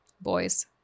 boys